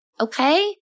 okay